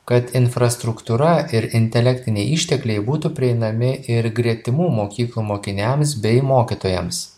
kad infrastruktūra ir intelektiniai ištekliai būtų prieinami ir gretimų mokyklų mokiniams bei mokytojams